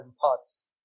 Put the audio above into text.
parts